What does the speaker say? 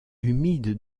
humide